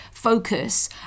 focus